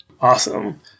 Awesome